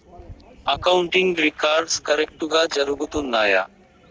accounting records కరెక్టుగా జరుగుతున్నాయా